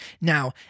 Now